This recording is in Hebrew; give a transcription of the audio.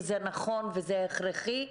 וזה נכון וזה הכרחי.